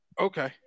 Okay